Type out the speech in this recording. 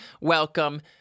welcome